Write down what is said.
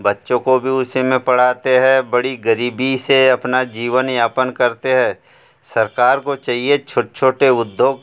बच्चों को भी उसी में पढ़ाते हैं बड़ी ग़रीबी से अपना जीवन यापन करते हैं सरकार को चाहिए छोट छोटे उद्योग